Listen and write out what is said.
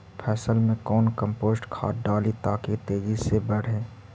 फसल मे कौन कम्पोस्ट खाद डाली ताकि तेजी से बदे?